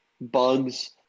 bugs